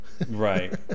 Right